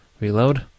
reload